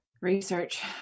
Research